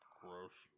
Gross